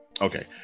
Okay